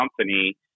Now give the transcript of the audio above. company